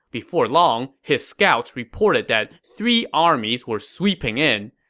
before long, his scouts reported that three armies were sweeping in.